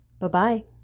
Bye-bye